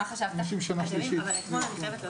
מבחינתנו זה